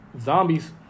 zombies